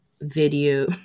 video